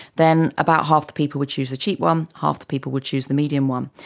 then about half the people would choose the cheap one, half the people would choose the medium one.